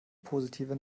positive